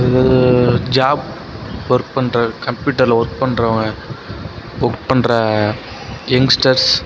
job work பண்ணுற கம்ப்யூட்டரில் work பண்றவங்க ஒர்க் பண்ணுற எங்ஸ்டர்ஸ்